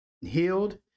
healed